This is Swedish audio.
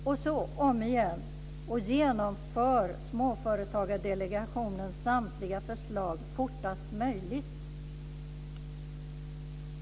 Dessutom, återigen: Genomför Småföretagsdelegationens samtliga förslag fortast möjligt!